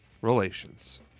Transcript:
relations